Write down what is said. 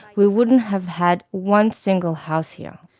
we wouldn't have had one single house here.